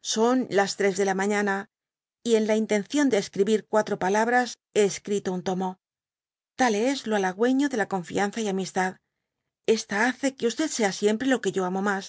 son las tres de la mañana y en la intención de escribir cuatro palabras hé escrito un tomo tales lo alhagueño de la confíaisea y amistad esta hace que sea siempre lo que yo amo mas